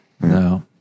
No